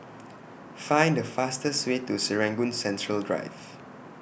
Find The fastest Way to Serangoon Central Drive